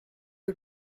you